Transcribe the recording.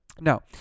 Now